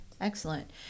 excellent